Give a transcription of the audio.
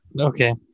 okay